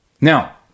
Now